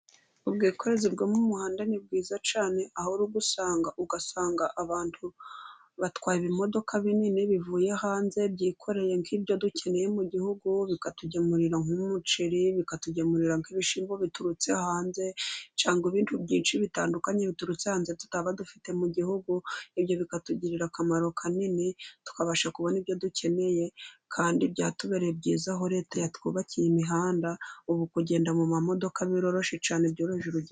Ubwikorezi bwo mu umuhanda ni bwiza cyane aho ugusanga ugasanga abantu batwaye ibi imodoka binini bivuye hanze, byikoreye nk'ibyo dukeneye mu gihugu bikatugemurira nk'umuceri, bikatugemurira nk'ibishinwa biturutse hanze cyangwa ibindi byinshi bitandukanye biturutse hanze, tutaba dufite mu gihugu ibyo bikatugirira akamaro kanini, tubasha kubona ibyo dukeneye kandi byatubereye byiza aho leta ya twubakiye imihanda, ubu kugenda mu mamodoka biroroshye cyane byoroheje urugendo.